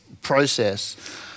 process